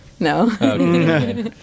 No